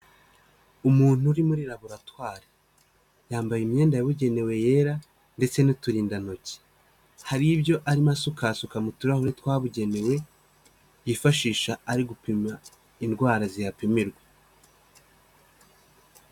Umuntu uri muri laboratwari, yambaye imyenda yabugenewe yera ndetse n'uturindantoki, hari ibyo arimo asukasuka mu turahuri twabugenewe, yifashisha ari gupima indwara zihapimirwa.